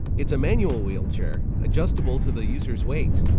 it's a manual wheelchair adjustable to the users' weight.